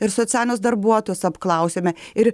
ir socialinius darbuotojus apklausėme ir